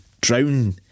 drown